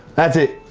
that's it.